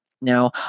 Now